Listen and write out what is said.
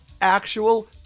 actual